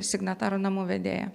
signatarų namų vedėja